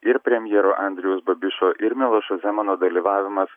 ir premjero andriaus babišo ir milošo zemano dalyvavimas